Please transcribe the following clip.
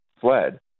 fled